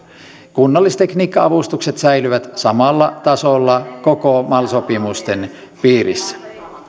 kunnallistekniikka avustukset säilyvät samalla tasolla koko mal sopimusten piirissä